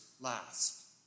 last